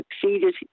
succeeded